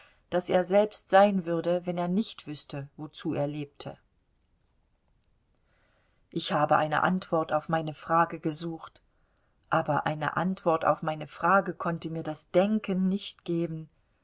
das er selbst sein würde wenn er nicht wüßte wozu er lebte ich habe eine antwort auf meine frage gesucht aber eine antwort auf meine frage konnte mir das denken nicht geben